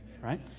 right